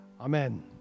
Amen